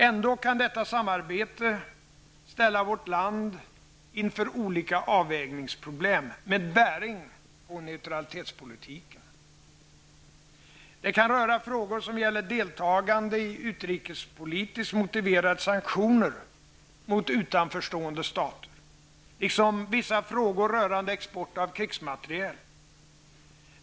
Ändå kan detta samarbete ställa vårt land inför olika avvägningsproblem med bäring på neutralitetspolitiken. Det kan röra frågor som gäller deltagande i utrikespolitiskt motiverade sanktioner mot utanförstående stater, liksom vissa frågor rörande export av krigsmateriel.